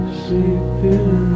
sleeping